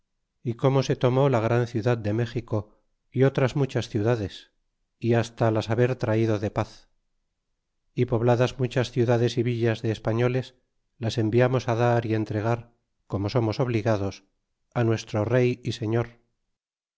y como se tomó la gran ciudad de méxico y otras muchas ciudades y hasta las haber traido de paz é pobladas muchas ciudades é villas de españoles las enviamos á dar y entregar como somos obligados á nuestro rey é señor